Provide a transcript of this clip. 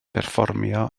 perfformio